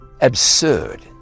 absurd